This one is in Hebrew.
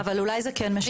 אבל אולי זה כן משנה.